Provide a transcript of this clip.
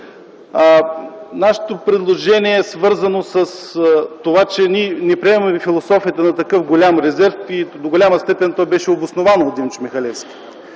Нашето предложение е свързано с това, че ние не приемаме философия за такъв голям резерв. До голяма степен това беше обосновано от Димчо Михалевски.